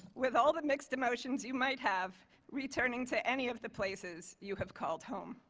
with all the mixed emotions you might have returning to any of the places you have called home.